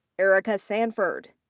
erica sanford.